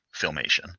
filmation